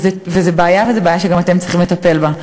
זו בעיה, וזו בעיה שגם אתם צריכים לטפל בה.